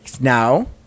now